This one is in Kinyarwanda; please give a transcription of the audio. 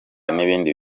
n’ibindi